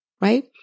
right